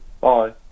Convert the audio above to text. bye